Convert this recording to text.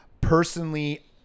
Personally